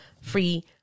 free